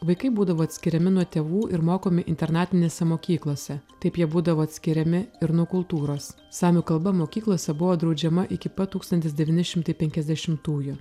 vaikai būdavo atskiriami nuo tėvų ir mokomi internatinėse mokyklose taip jie būdavo atskiriami ir nuo kultūros samių kalba mokyklose buvo draudžiama iki pat tūkstantis devyni šimtai penkiasdešimtųjų